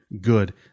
good